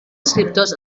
escriptors